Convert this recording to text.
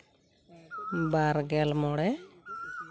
ᱵᱟᱨᱜᱮᱞ ᱢᱚᱬᱮ